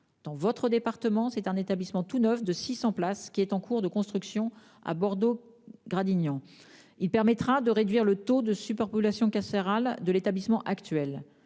Dans votre département, c'est un établissement tout neuf de 600 places qui est en cours de construction à Bordeaux-Gradignan. Il permettra de réduire le taux de surpopulation carcérale de l'établissement actuel.